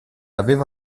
aveva